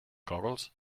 googles